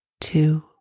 two